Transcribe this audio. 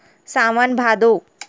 सावन भादो